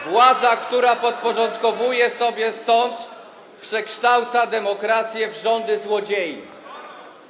Władza, która podporządkowuje sobie sąd, przekształca demokrację w rządy złodziei.